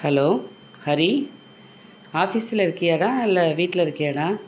hello Hari ஆஃபீஸில் இருக்கியாடா இல்லை வீட்டில் இருக்கியாடா